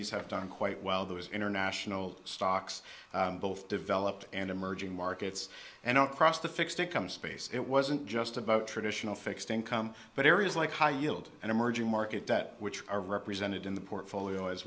equities have done quite well those international stocks both developed and emerging markets and across the fixed income space it wasn't just about traditional fixed income but areas like high yield and emerging market debt which are represented in the portfolio as